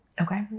okay